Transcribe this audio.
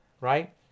Right